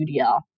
UDL